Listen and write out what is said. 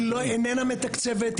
שתפקידה, היא איננה מתקצבת.